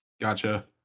Gotcha